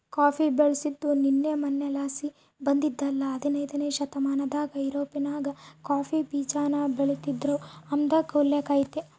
coffee ಬೆಳ್ಸಾದು ನಿನ್ನೆ ಮನ್ನೆಲಾಸಿ ಬಂದಿದ್ದಲ್ಲ ಹದನೈದ್ನೆ ಶತಮಾನದಾಗ ಯುರೋಪ್ನಾಗ ಕಾಫಿ ಬೀಜಾನ ಬೆಳಿತೀದ್ರು ಅಂಬಾದ್ಕ ಉಲ್ಲೇಕ ಐತೆ